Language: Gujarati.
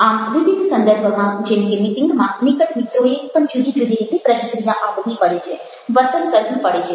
આમ વિવિધ સંદર્ભમાં જેમ કે મીટિંગમાં નિકટ મિત્રોએ પણ જુદી જુદી રીતે પ્રતિક્રિયા આપવી પડે છે વર્તન કરવું પડે છે